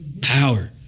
power